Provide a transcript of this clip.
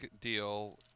deal